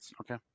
Okay